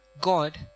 God